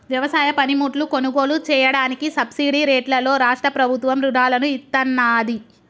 వ్యవసాయ పనిముట్లు కొనుగోలు చెయ్యడానికి సబ్సిడీ రేట్లలో రాష్ట్ర ప్రభుత్వం రుణాలను ఇత్తన్నాది